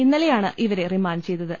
ഇന്നലെയാണ് ഇവരെ റിമാന്റ് ചെയ്തത്